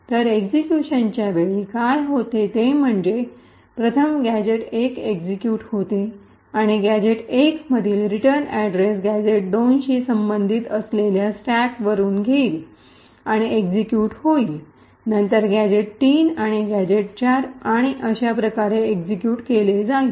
तर एक्सिक्यूशनच्या वेळी काय होते ते म्हणजे प्रथम गॅझेट १ एक्सिक्यूट होते आणि गॅझेट १ मधील रिटर्न अड्रेस गॅझेट २ शी संबंधित असलेल्या स्टॅकवरुन घेईल आणि एक्सिक्यूट होईल नंतर गॅझेट 3 गॅझेट 4 आणि अशा प्रकारे एक्सिक्यूट केले जाईल